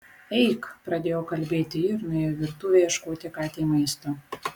eik pradėjo kalbėti ji ir nuėjo į virtuvę ieškoti katei maisto